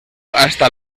hasta